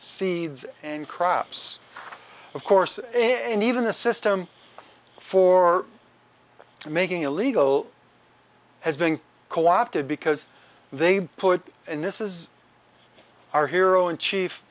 c and crops of course in even the system for making illegal has been co opted because they put in this is our hero in chief